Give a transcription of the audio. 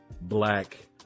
black